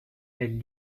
elles